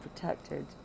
protected